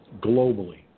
globally